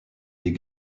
des